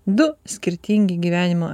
du skirtingi gyvenimo